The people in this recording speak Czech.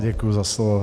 Děkuji za slovo.